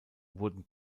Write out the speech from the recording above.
wurden